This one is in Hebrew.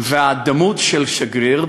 והדמות של שגריר,